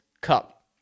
Cup